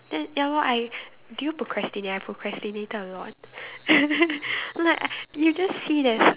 then ya lor I did you procrastinate I procrastinated a lot no like I you just see it as